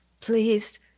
please